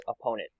opponent